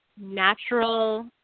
natural